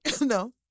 No